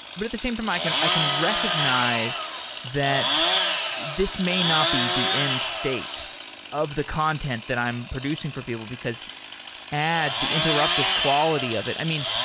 but at the same time, i can i can recognize that this may not be the end state of the content that i'm producing for people. because ads, the interruptive quality of it, i mean,